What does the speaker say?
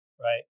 right